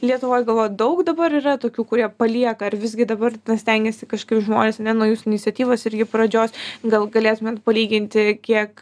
lietuvoj galvoju daug dabar yra tokių kurie palieka ar visgi dabar stengiasi kažkaip žmonės a ne nuo jūsų iniciatyvos irgi pradžios gal galėtumėt palyginti kiek